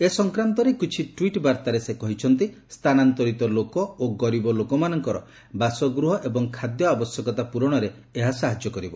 ଏ ସଂକ୍ରାନ୍ତରେ କିଛି ଟ୍ୱିଟ୍ ବାର୍ତ୍ତାରେ ସେ କହିଛନ୍ତି ସ୍ଥାନାନ୍ତରିତ ଲୋକ ଓ ଗରିବ ଲୋକମାନଙ୍କର ବାସଗୃହ ଏବଂ ଖାଦ୍ୟ ଆବଶ୍ୟକତା ପ୍ରରଣରେ ଏହା ସାହାଯ୍ୟ କରିବ